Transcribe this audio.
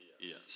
Yes